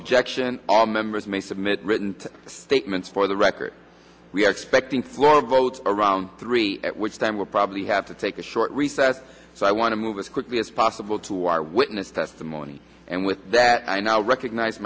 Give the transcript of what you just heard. objection all members of submit written statements for the record we are expecting floor vote around three at which time we'll probably have to take a short recess so i want to move as quickly as possible to our witness testimony and with that i now recognize